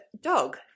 dog